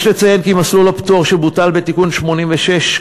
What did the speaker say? יש לציין כי מסלול הפטור שבוטל בתיקון 86,